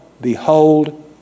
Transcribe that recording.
behold